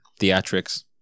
theatrics